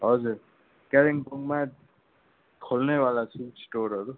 हजुर कालिम्पोङमा खोल्नेवाला छौँ स्टोरहरू